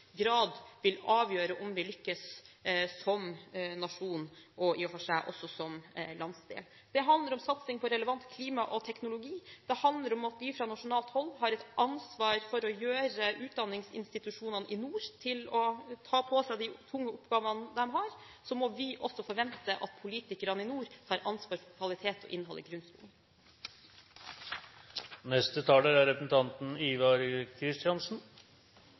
grad vil avgjøre om vi lykkes som nasjon og i for seg også som landsdel. Det handler om satsing på relevant teknologi når det gjelder klima. Det handler om at vi fra nasjonalt hold har et ansvar for å gjøre utdanningsinstitusjonene i nord i stand til å ta på seg de tunge oppgavene de har. Så må vi også forvente at politikerne i nord tar ansvar for kvalitet og innhold i grunnskolen.